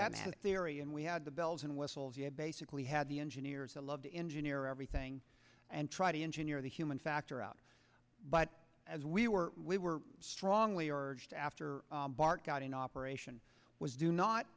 and theory and we had the bells and whistles you basically had the engineers the love the engineer everything and try to engineer the human factor out but as we were we were strongly urged after bart got an operation was do not